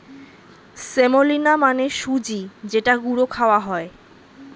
semolina মানে সুজি যেটা গুঁড়ো খাওয়া হয়